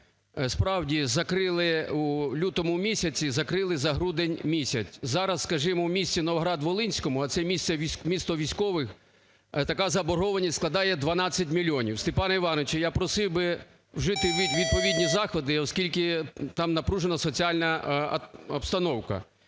закрили, у лютому місяці закрили за грудень місяць. Зараз, скажімо, у місті Новоград-Волинському, а це місто військових, така заборгованість складає 12 мільйонів. Степан Іванович, я просив би вжити відповідні заходи, оскільки там напружена соціальна обстановка.